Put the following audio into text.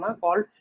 called